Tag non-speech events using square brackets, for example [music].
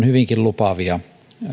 [unintelligible] hyvinkin lupaavia